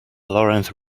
lawrence